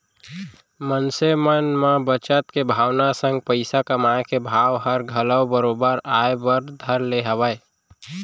मनसे मन म बचत के भावना संग पइसा कमाए के भाव हर घलौ बरोबर आय बर धर ले हवय